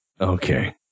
Okay